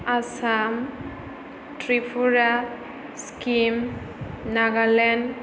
Assam Tripura Sikkim Nagaland